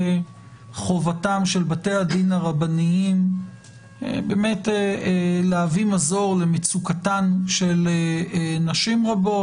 חובתם של בתי הדין הרבניים להביא מזור למצוקתן של נשים רבות.